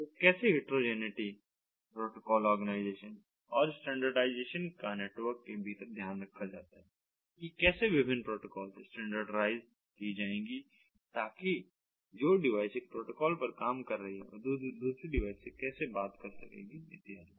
तो कैसे heterogeneity protocol organisation और स्टैंडर्डाइजेशन का नेटवर्क के भीतर ध्यान रखा जाता है की कैसे विभिन्न प्रोटोकॉल्स स्टैंडर्डाइज की जाएगी ताकि जो डिवाइस एक प्रोटोकॉल पर काम कर रही है वह किसी दूसरी डिवाइस से कैसे बात कर सकेगी इत्यादि